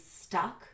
stuck